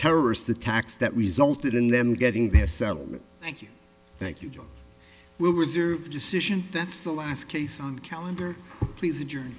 terrorist attacks that resulted in them getting their settlement thank you thank you we'll reserve decision that's the last case on the calendar please injured